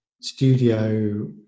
studio